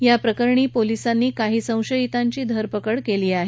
या प्रकरणी पोलिसांनी काही संशयितांची धरपकड़ सुरू केली आहे